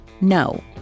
no